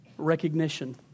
recognition